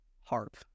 harp